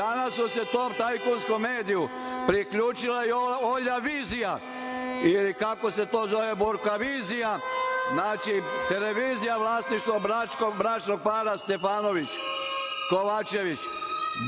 Danas su se tom tajkunskom mediju priključila i „Olja-vizija“ ili kako se to zove „Borko-vizija“, znači televizija vlasništvo bračnog para Stefanović-Kovačević.